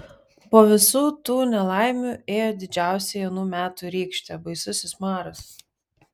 po visų tų nelaimių ėjo didžiausioji anų metų rykštė baisusis maras